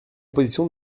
proposition